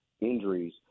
injuries